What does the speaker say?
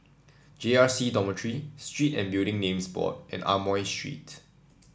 J R C Dormitory Street and Building Names Board and Amoy Street